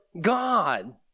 God